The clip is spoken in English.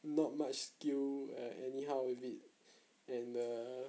not much skill and anyhow with it and err